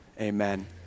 Amen